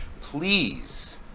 please